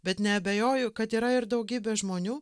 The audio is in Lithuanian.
bet neabejoju kad yra ir daugybė žmonių